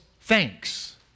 thanks